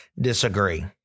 disagree